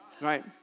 Right